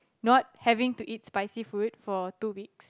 not having to eat spicy food for two weeks